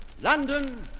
London